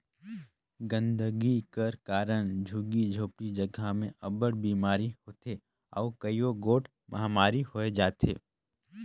गंदगी कर कारन झुग्गी झोपड़ी जगहा में अब्बड़ बिमारी होथे अउ कइयो गोट महमारी होए जाथे